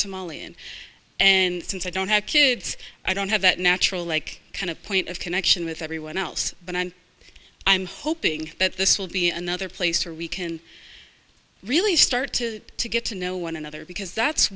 somali and and since i don't have kids i don't have that natural like kind of point of connection with everyone else but i'm i'm hoping that this will be another place where we can really start to to get to know one another because that's